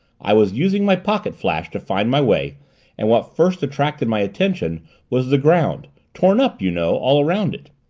i was using my pocket-flash to find my way and what first attracted my attention was the ground torn up, you know, all around it.